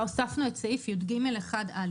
הוספנו סעיף (יג1)(א),